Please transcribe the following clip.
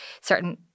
certain